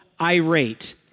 irate